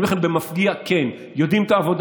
אני אומר לכם במפגיע, כן: יודעים את העבודה.